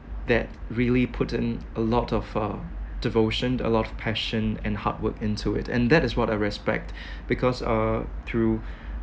that really put in a lot of uh devotion a lot of passion and hard work into it and that is what I respect because uh through